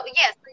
yes